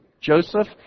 Joseph